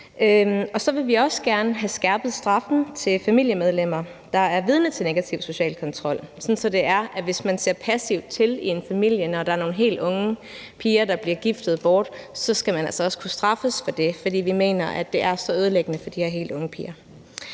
vil vi også gerne have skærpet straffen til familiemedlemmer, der er vidne til negativ social kontrol, så hvis man ser passivt til i en familie, når der er nogle helt unge piger, der bliver giftet bort, så skal man altså også kunne straffes for det, for vi mener, at det er så ødelæggende for de her helt unge piger.